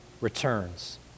returns